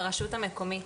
ברשות המקומית,